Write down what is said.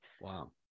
Wow